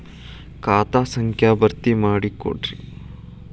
ಖಾತಾ ಸಂಖ್ಯಾ ಭರ್ತಿ ಮಾಡಿಕೊಡ್ರಿ